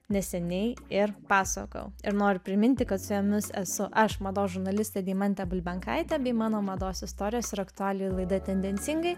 neseniai ir pasakojau ir noriu priminti kad su jumis esu aš mados žurnalistė deimantė bulbenkaitė bei mano mados istorijos ir aktualijų laida tendencingai